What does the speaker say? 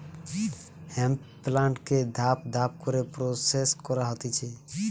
hemp প্লান্টকে ধাপ ধাপ করে প্রসেস করা হতিছে